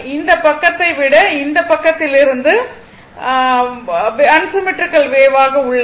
அந்த பக்கத்தை விட இந்த பக்கத்திலிருந்து அன்சிம்மெட்ரிக்கல் வேவ் ஆக உள்ளது